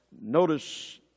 Notice